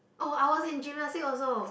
oh I was in gymnastics also